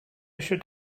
eisiau